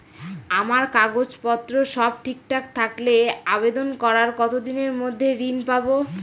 আমার কাগজ পত্র সব ঠিকঠাক থাকলে আবেদন করার কতদিনের মধ্যে ঋণ পাব?